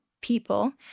people